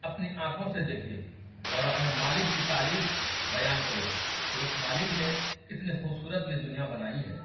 اپنی آنکھوں سے دیکھے اور اپنے مالک کی تعریف بیان کرے کہ اس مالک نے کتنی خوبصورت یہ دنیا بنائی ہے